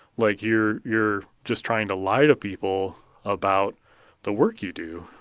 like, you're you're just trying to lie to people about the work you do,